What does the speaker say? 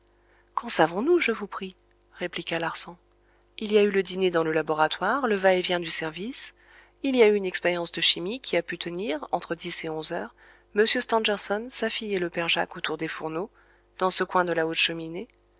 qu'en savons-nous je vous prie répliqua larsan il y a eu le dîner dans le laboratoire le va-et-vient du service il y a eu une expérience de chimie qui a pu tenir entre dix et onze heures m stangerson sa fille et le père jacques autour des fourneaux dans ce coin de la haute cheminée